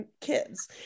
kids